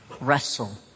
wrestle